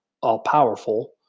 all-powerful